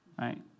Right